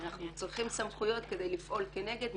אנחנו צריכים סמכויות כדי לפעול כנגד.